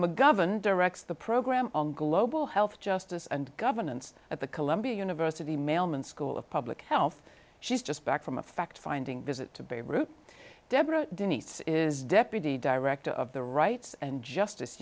mcgovern directs the program on global health justice and governance at the columbia university mailman school of public health she's just back from a fact finding visit to beirut deborah denise is deputy director of the rights and justice